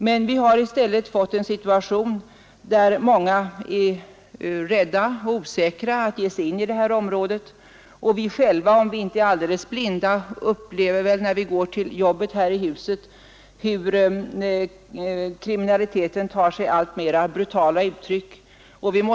Men i stället är det så att många är rädda och osäkra att ge sig in i detta område, och vi själva, om vi inte är alldeles blinda, upplever väl när vi går till jobbet här i huset att kriminaliteten tar sig alltmer brutala uttryck.